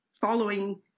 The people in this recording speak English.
following